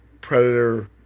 predator